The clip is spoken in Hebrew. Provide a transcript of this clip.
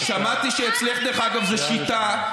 שמעתי שאצלך זו שיטה,